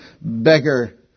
beggar